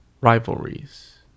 rivalries